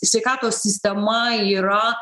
sveikatos sistema yra